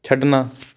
ਛੱਡਣਾ